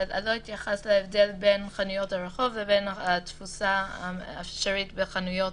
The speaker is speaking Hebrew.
לא התייחסת להבדל בין חנויות הרחוב לבין התפוסה האפשרית בחנויות